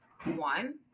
One